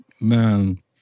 man